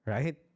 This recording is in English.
Right